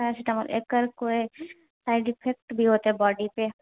paracetamol एकर कोई side effect भी होतय बॉडी पे